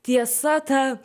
tiesa ta